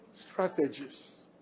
strategies